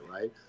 right